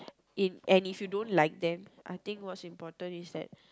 in and if you don't like them I think what's important is that